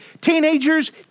Teenagers